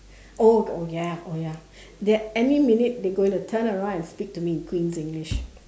oh oh ya oh ya they any minute they're going to turn around and speak to me in queen's English